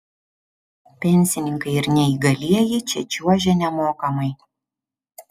pensininkai ir neįgalieji čia čiuožia nemokamai